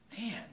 man